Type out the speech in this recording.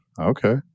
Okay